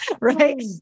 right